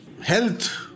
health